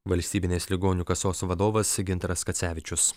valstybinės ligonių kasos vadovas gintaras kacevičius